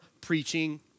preaching